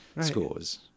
scores